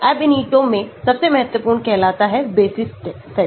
Ab initio में सबसे महत्वपूर्ण कहलाता है बेसिस सेट